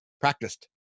practiced